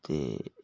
ਅਤੇ